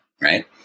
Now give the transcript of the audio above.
Right